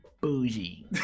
Bougie